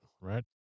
right